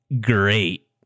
great